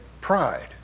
pride